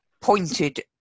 pointed